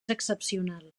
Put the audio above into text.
excepcional